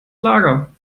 lager